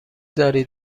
داری